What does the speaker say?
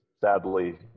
sadly